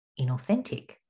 inauthentic